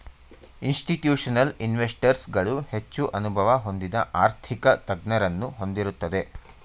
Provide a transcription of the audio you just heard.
institutional investors ಗಳು ಹೆಚ್ಚು ಅನುಭವ ಹೊಂದಿದ ಆರ್ಥಿಕ ತಜ್ಞರನ್ನು ಹೊಂದಿರುತ್ತದೆ